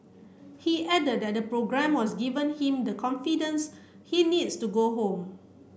he added that programme was given him the confidence he needs to go home